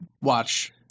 watch